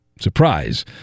surprise